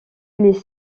les